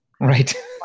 Right